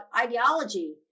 ideology